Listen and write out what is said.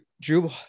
drew